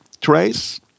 trace